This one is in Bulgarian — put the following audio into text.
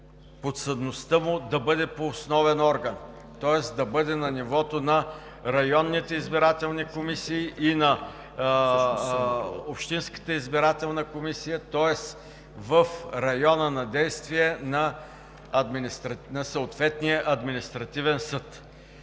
подсъдността му да бъде по основен орган, тоест да бъде на нивото на районните избирателни комисии и на общинската избирателна комисия, тоест в района на действие на съответния административен съд.